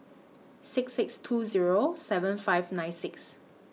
six six two Zero seven five nine six